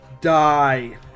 Die